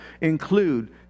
include